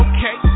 Okay